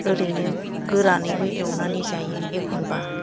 ओरैनो गोरानैबो एवनानै जायो एखनबा